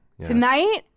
Tonight